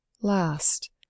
last